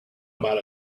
about